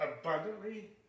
abundantly